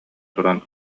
туран